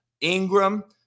Ingram